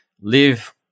live